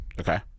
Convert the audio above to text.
Okay